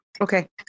Okay